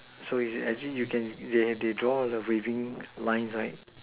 so is it actually you can they they draw the waving lines right